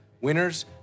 winners